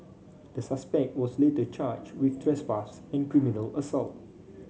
the suspect was later charged with trespass and criminal assault